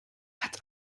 hat